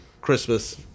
Christmas